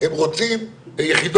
הבקשה היא הוספת סעיף נגישות